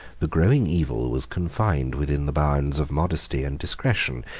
the growing evil was confined within the bounds of modesty and discretion,